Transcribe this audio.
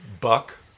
buck